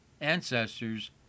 ancestors